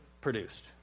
produced